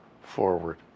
forward